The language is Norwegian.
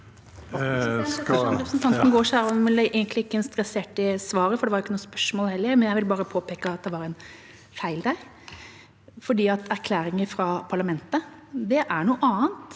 Jeg vil bare påpeke at det var en feil der, for erklæringer fra parlamenter er noe annet